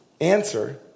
answer